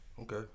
Okay